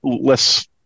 less